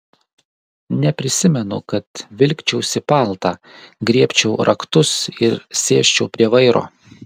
neprisimenu kad vilkčiausi paltą griebčiau raktus ir sėsčiau prie vairo